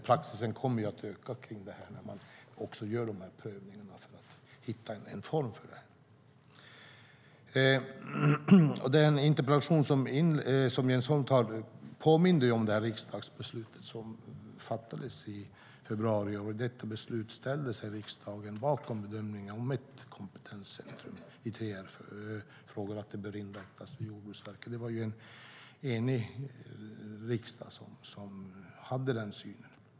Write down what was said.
Praxis kommer att öka när man gör prövningar för att hitta en form för detta.I den interpellation som Jens Holm har ställt påminner han om riksdagsbeslutet som fattades i februari. I detta beslut ställde sig riksdagen bakom bedömningen att ett kompetenscentrum för 3R bör inrättas hos Jordbruksverket. Det var en enig riksdag som hade den synen.